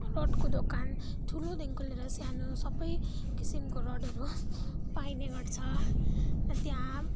रडको दोकान ठुलोदेखिको लिएर सानो सबै किसिमको रडहरू पाइने गर्छ त्यहाँ